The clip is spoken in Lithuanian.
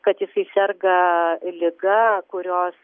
kad jisai serga liga kurios